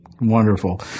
Wonderful